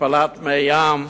התפלת מי ים,